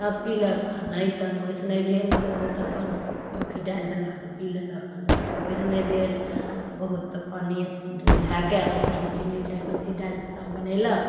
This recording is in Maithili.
तब पिलक आओर नहि तऽ ओहिसे नहि भेल तऽ बहुत अपन कॉफी डालि देलक पी लेलक आओर नहि ओहिसे नहि भेल तऽ बहुत तऽ पानिए दूध धैके उपरसे चिन्नी चाइपत्ती डालिके तब बनेलक